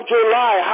July